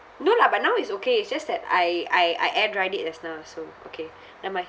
no lah but now it's okay it's just that I I I air dried it just now so okay never mind